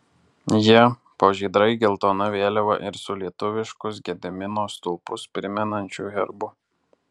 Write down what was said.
jie po žydrai geltona vėliava ir su lietuviškus gedimino stulpus primenančiu herbu